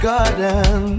Garden